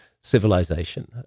civilization